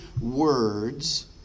words